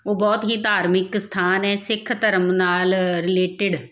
ਉਹ ਬਹੁਤ ਹੀ ਧਾਰਮਿਕ ਸਥਾਨ ਹੈ ਸਿੱਖ ਧਰਮ ਨਾਲ ਰਿਲੇਟਡ